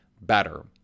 better